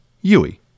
Yui